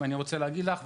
אני רוצה להגיד לך,